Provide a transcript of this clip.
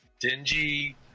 dingy